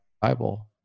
bible